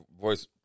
voice